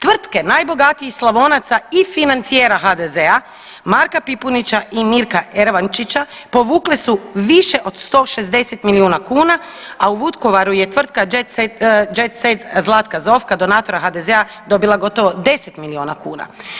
Tvrtke najbogatijih Slavonaca i financijera HDZ-a Marka Pipunića i Mirka Ervančića povukli su više od 160 milijuna kuna, a u Vukovaru je tvrtka Jet-set, Jet-set Zlatka Zovka, donatora HDZ-a dobila gotovo 10 milijuna kuna.